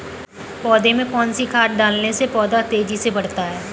पौधे में कौन सी खाद डालने से पौधा तेजी से बढ़ता है?